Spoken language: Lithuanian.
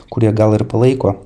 kurie gal ir palaiko